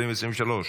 (דיין הוצאה לפועל),